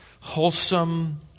wholesome